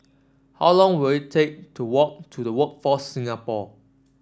how long will it take to walk to Workforce Singapore